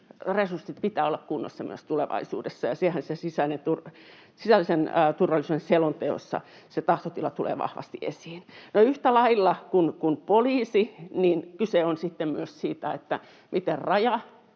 resurssien pitää olla kunnossa myös tulevaisuudessa, ja sisäisen turvallisuuden selonteossa se tahtotila tulee vahvasti esiin. No, yhtä lailla kuin poliisin osalta, kyse on sitten myös siitä, miten